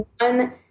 one